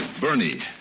Bernie